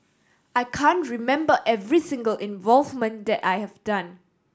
I can remember every single involvement that I have done